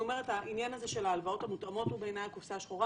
העניין הזה של ההלוואות המותאמות הוא בעיניי הקופסה השחורה,